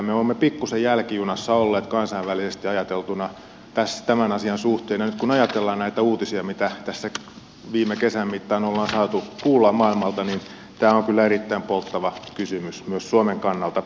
me olemme pikkuisen jälkijunassa olleet kansainvälisesti ajateltuna tämän asian suhteen ja nyt kun ajatellaan näitä uutisia mitä tässä viime kesän mittaan ollaan saatu kuulla maailmalta niin tämä on kyllä erittäin polttava kysymys myös suomen kannalta